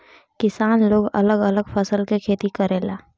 किसान लोग अलग अलग फसल के खेती करेलन